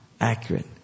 accurate